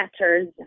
matters